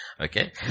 Okay